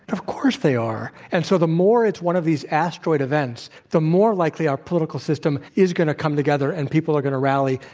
of course they are. and so the more it's one of these asteroid events, the more likely our political system is going to come together and people are going to rally,